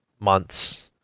Months